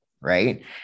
right